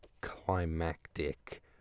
climactic